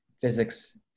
physics